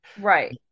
right